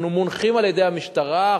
אנחנו מונחים על-ידי המשטרה.